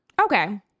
okay